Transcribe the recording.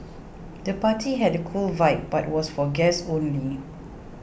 the party had a cool vibe but was for guests only